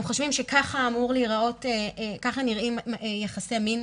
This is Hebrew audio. הם חושבים שכך נראים יחסי מין,